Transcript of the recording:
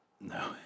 No